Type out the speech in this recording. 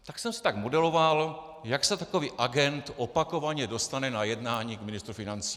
Tak jsem si to tak modeloval, jak se takový agent opakovaně dostane na jednání k ministru financí.